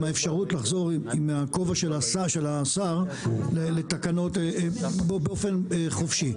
האפשרות לחזור עם הכובע של השר לתקנות באופן חופשי.